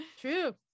True